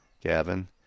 Gavin